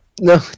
No